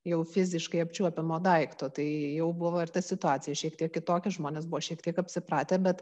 jau fiziškai apčiuopiamo daikto tai jau buvo ir ta situacija šiek tiek kitokia žmonės buvo šiek tiek apsipratę bet